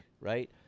right